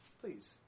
Please